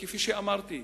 כפי שאמרתי,